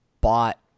bought